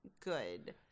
good